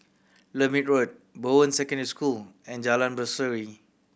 Lermit Road Bowen Secondary School and Jalan Berseri